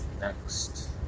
next